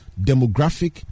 demographic